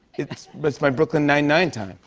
that's my brooklyn nine-nine time.